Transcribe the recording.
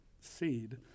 seed